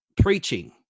preaching